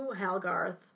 Halgarth